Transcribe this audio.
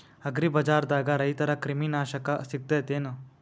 ಅಗ್ರಿಬಜಾರ್ದಾಗ ರೈತರ ಕ್ರಿಮಿ ನಾಶಕ ಸಿಗತೇತಿ ಏನ್?